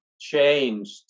changed